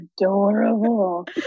adorable